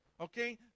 okay